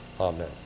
Amen